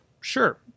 Sure